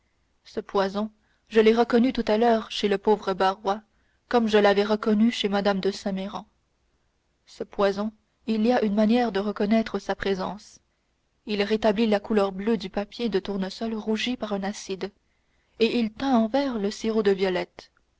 ce poison je l'ai reconnu tout à l'heure chez le pauvre barrois comme je l'avais reconnu chez mme de saint méran ce poison il y a une manière de reconnaître sa présence il rétablit la couleur bleue du papier de tournesol rougi par un acide et il teint en vert le sirop de violettes